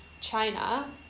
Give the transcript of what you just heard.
china